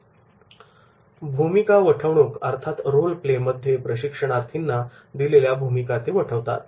role play भूमिका वठवणुक मध्ये प्रशिक्षणार्थींना दिलेल्या भूमिका ते वठवतात